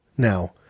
Now